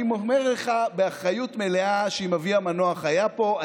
אני אומר לך באחריות מלאה שאם אבי המנוח היה פה הוא